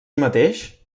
mateix